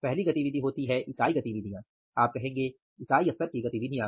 पहली गतिविधि होती है इकाई गतिविधियाँ आप कहेंगे इकाई स्तर की गतिविधियाँ